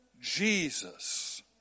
Jesus